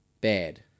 bad